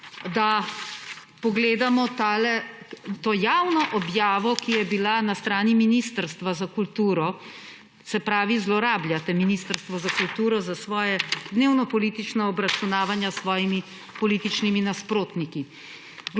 da pogledamo to javno objavo, ki je bila na strani Ministrstva za kulturo. Se pravi, zlorabljate Ministrstvo za kulturo za svoje dnevnopolitično obračunavanje s svojimi političnimi nasprotniki.